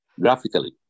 graphically